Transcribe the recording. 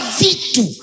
vitu